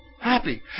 Happy